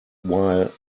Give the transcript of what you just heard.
while